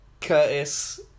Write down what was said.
Curtis